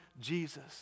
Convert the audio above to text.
Jesus